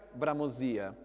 bramosia